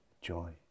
Joy